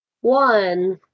one